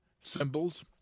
symbols